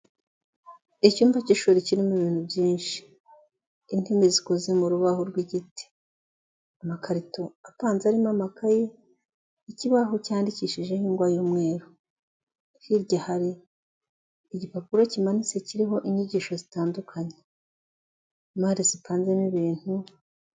Icyumba cy'ishuri kirimo ibintu byinshi, intebe zikoze mu rubaho rw'igiti amakarito apanze arimo amakaye, ikibaho cyandikishijeho ingwa y'umweru hirya hari igipapuro kimanitse kiriho inyigisho zitandukanye, mari zipanzemo ibintu.